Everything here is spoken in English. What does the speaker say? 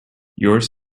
yours